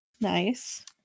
Nice